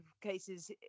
cases